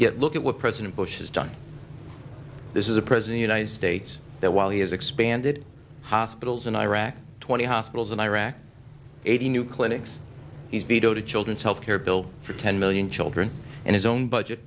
yet look at what president bush has done this is a president ited states that while he has expanded hospitals in iraq twenty hospitals in iraq eighty new clinics he's vetoed a children's health care bill for ten million children and his own budget